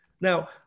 Now